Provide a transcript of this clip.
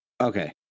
Okay